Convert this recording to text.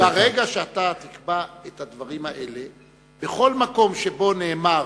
ברגע שאתה תקבע את הדברים האלה, בכל מקום שבו נאמר